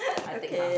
I take half